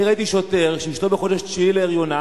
אני ראיתי שוטר שאשתו בחודש התשיעי להריונה,